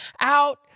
out